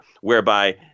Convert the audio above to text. whereby